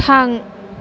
थां